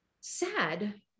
sad